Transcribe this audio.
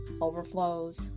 overflows